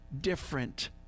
different